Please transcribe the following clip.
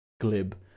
glib